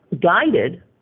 guided